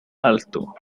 alto